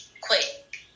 quick